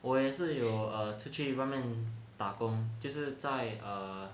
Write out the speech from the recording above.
我也是有 err 出去外面打工就是在 err